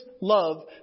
love